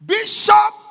Bishop